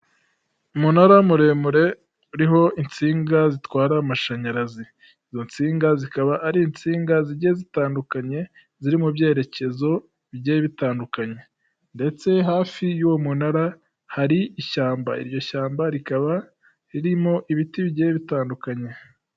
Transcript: Umunara muremure ariho insinga zitwara amashanyarazi; izo nsinga zikaba ari insinga zigiye zitandukanye, ziri mu byerekezo bigiye bitandukanye; ndetse hafi y'uwo munara hari ishyamba, iryo shyamba rikaba ririmo ibiti bigiye bitandukanye.